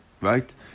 right